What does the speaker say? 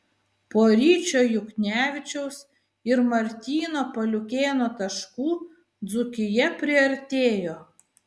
po ryčio juknevičiaus ir martyno paliukėno taškų dzūkija priartėjo